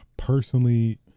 personally